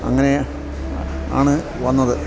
അങ്ങനെ ആണു വന്നത്